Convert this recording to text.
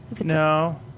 No